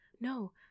no